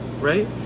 right